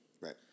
Right